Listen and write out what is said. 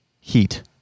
heat